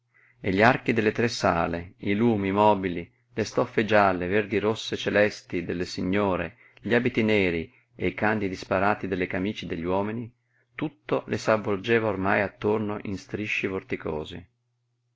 e gli archi delle tre sale i lumi i mobili le stoffe gialle verdi rosse celesti delle signore gli abiti neri e i candidi sparati delle camíce degli uomini tutto le s'avvolgeva ormai attorno in strisci vorticosi